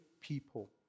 people